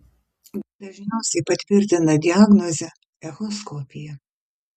dažniausiai patvirtina diagnozę echoskopija